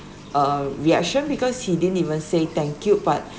uh reaction because he didn't even say thank you but